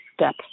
step